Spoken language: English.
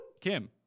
Kim